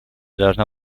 должна